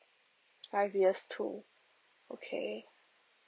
five years too okay